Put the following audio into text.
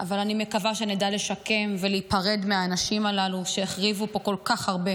אבל אני מקווה שנדע לשקם ולהיפרד מהאנשים הללו שהחריבו פה כל כך הרבה